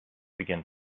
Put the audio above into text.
begin